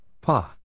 Pa